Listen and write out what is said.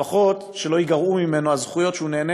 לפחות שלא ייגרעו ממנו הזכויות שהוא נהנה